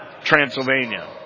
Transylvania